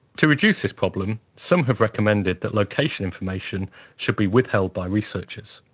to reduce this problem, some have recommended that location information should be withheld by researchers.